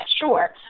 sure